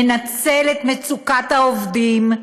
מנצל את מצוקת העובדים,